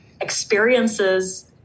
Experiences